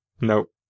Nope